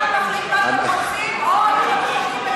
חסרים לכם משקפיים, אז תבקשי לתקן את התקנון.